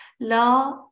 La